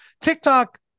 TikTok